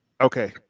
Okay